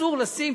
אסור לשים,